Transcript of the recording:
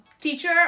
Teacher